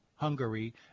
Hungary